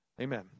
Amen